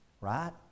right